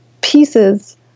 pieces